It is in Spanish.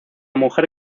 mujer